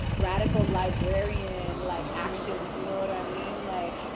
radical librarian, like actions. you know what i mean? like,